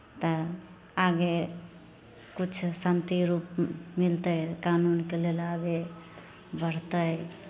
तऽ आगे किछु शान्ति रूप म् मिलतै कानूनके लेल आगे बढ़तै